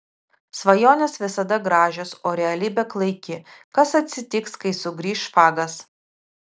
svajonės visada gražios o realybė klaiki kas atsitiks kai sugrįš fagas